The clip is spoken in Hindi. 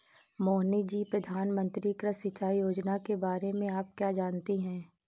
मोहिनी जी, प्रधानमंत्री कृषि सिंचाई योजना के बारे में आप क्या जानती हैं?